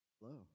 Hello